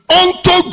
unto